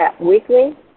weekly